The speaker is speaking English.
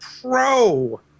Pro